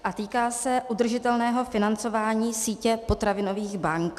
A týká se udržitelného financování sítě potravinových bank.